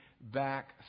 back